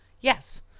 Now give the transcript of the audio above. Yes